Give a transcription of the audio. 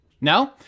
no